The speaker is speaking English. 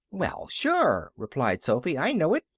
well, sure, replied sophy. i know it.